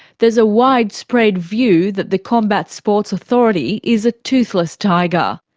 there's a widespread view that the combat sports authority is a toothless tiger.